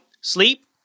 sleep